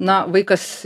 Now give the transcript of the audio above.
na vaikas